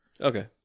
Okay